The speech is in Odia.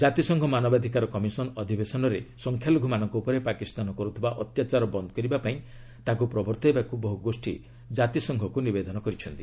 କାତିସଂଘ ମାନବାଧିକାର କମିଶନ୍ ଅଧିବେଶନରେ ସଂଖ୍ୟାଲଘୁମାନଙ୍କ ଉପରେ ପାକିସ୍ତାନ କରୁଥିବା ଅତ୍ୟାଚାର ବନ୍ଦ କରିବା ପାଇଁ ତାଙ୍କୁ ପ୍ରବର୍ତ୍ତାଇବାକୁ ବହୁ ଗୋଷୀ ଜାତିସଂଘକୁ ନିବେଦନ କରିଛନ୍ତି